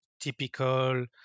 typical